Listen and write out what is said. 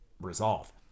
resolve